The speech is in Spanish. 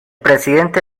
presidente